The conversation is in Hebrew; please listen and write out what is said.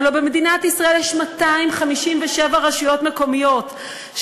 הלוא במדינת ישראל יש 257 רשויות מקומיות,